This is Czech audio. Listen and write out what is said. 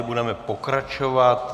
Budeme pokračovat.